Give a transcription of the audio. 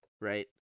Right